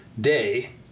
day